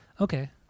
Okay